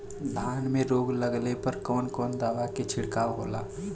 धान में रोग लगले पर कवन कवन दवा के छिड़काव होला?